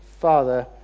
Father